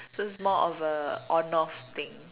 so it's more of a on off thing